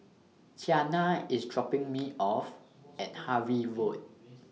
Qiana IS dropping Me off At Harvey Road